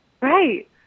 Right